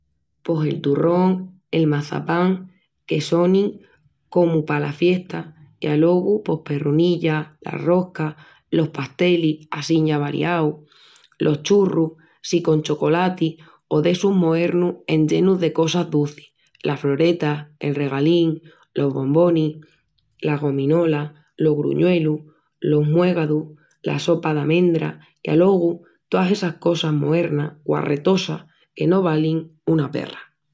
Pos el turrón, el maçapán, que sonin comu palas fiestas i alogu pos perrunillas, las roscas, los pastelis assín ya variaus, los churrus si con chocolati o d'essus moernus enllenus de cosas ducis, las froretas el regalín, los bombonis, las gominolas, los gruñuelus, los muégadus, la sopa d'amendras i alogu toas essas cosas moernas guarretosas que no valin una perra.